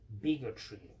bigotry